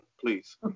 please